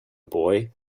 boy